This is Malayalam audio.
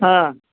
ആ